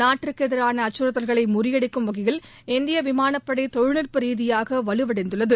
நாட்டுக்கு எதிரான அச்சுறுத்தல்களை முறியடிக்கும் வகையில் இந்திய விமானப்படை தொழில்நுட்ப ரீதியாக வலுவடைந்துள்ளது